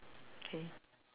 okay